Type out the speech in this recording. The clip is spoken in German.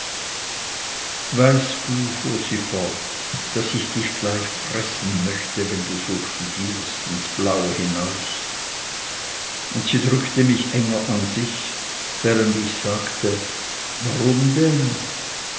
weißt du fuhr sie fort daß ich dich gleich fressen möchte wenn du so studierst ins blaue hinaus und sie drückte mich enger an sich während ich sagte warum denn